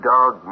Dog